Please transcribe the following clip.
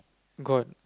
gone